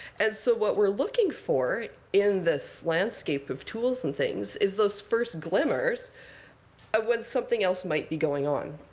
and so what we're looking for in this landscape of tools and things is those first glimmers of when something else might be going on.